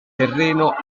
terreno